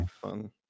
fun